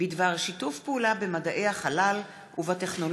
בדבר שיתוף פעולה במדעי החלל ובטכנולוגיה